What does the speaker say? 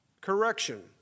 correction